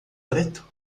preto